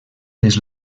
les